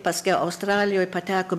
paskiau australijoj patekom